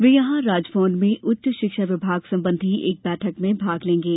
वे यहां राजभवन में उच्च शिक्षा विभाग संबंधी एक बैठक में भाग लेंगे